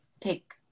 take